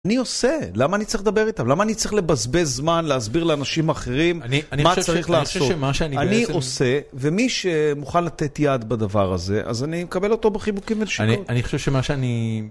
אני עושה, למה אני צריך לדבר איתם? למה אני צריך לבזבז זמן, להסביר לאנשים אחרים מה צריך לעשות? אני חושב שמה שאני בעצם... אני עושה, ומי שמוכן לתת יד בדבר הזה, אז אני מקבל אותו בחיבוקים ונשיקות. אני חושב שמה שאני...